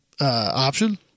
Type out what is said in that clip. option